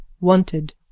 Wanted